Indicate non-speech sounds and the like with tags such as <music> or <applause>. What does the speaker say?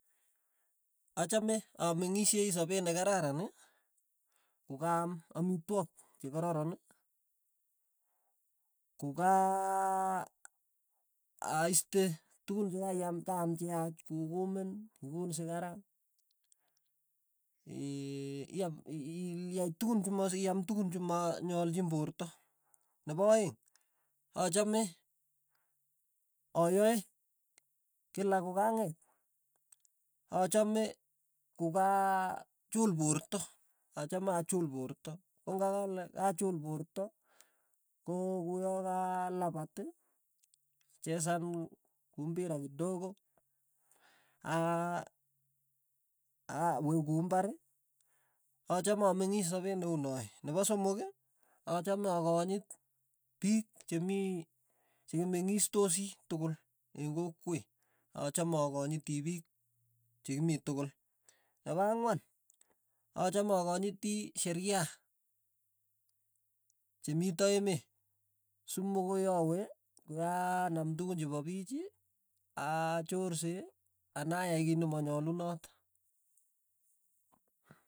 Achame amengishie sapet nekararan kokaam amitwogik che kararon, kukaaiste tukun chekiam kaam cheyaach ku kumin, kukuul sigara, <hesitation> i- i- iay tukun chima ima tukun chima malchin porto, nepo aeng', achame ayae kila kokang'et, achame kokaa chul poroto, achame achul porto, kong'akale kachul porto ko kuyo kalapat, chesan mbira kidogo, aa kue ku imbar, achame amengis sapet neuone, nepo somok, achame akanyit piik che mii chekimengistosi tokol, eng' kokwet, achame akonyiti piik, che ki mii tukul, nepo angwan, achame akonyiti sheria chemito emet, sumokoi awe ko ya nam tukun chepo pich, achorse, anan ayai kiy nemanyalunot.